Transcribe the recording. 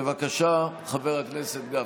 בבקשה, חבר הכנסת גפני.